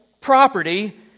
property